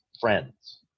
friends